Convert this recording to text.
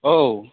औ